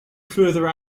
further